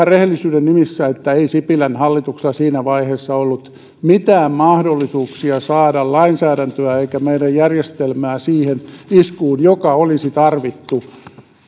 rehellisyyden nimissä että ei sipilän hallituksella siinä vaiheessa ollut mitään mahdollisuuksia saada lainsäädäntöä eikä meidän järjestelmää siihen iskuun joka olisi tarvittu